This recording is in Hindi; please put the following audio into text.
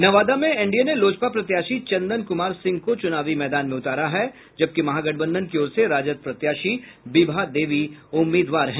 नवादा में एनडीए ने लोजपा प्रत्याशी चंदन कुमार सिंह को चूनावी मैदान में उतारा है जबकि महागठबंधन की ओर से राजद प्रत्याशी विभा देवी उम्मीदवार हैं